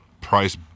price